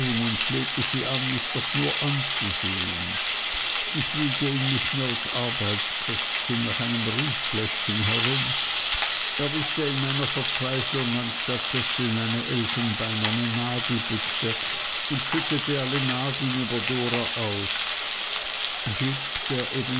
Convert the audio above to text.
und flehte sie an mich doch nur anzusehen ich wühlte in miß mills arbeitskästchen nach einem riechfläschchen herum erwischte in meiner verzweiflung anstatt dessen eine elfenbeinerne nadelbüchse und schüttete alle nadeln über dora aus jip